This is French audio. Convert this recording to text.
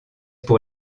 pour